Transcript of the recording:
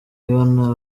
ibona